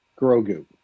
Grogu